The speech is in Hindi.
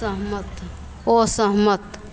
सहमत असहमत